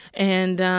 and.